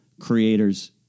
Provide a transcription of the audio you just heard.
creators